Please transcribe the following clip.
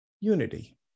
unity